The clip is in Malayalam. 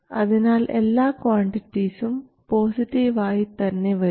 അതിനാൽ എല്ലാ ക്വാണ്ടിറ്റിസും പോസിറ്റീവ് ആയി തന്നെ വരും